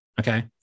Okay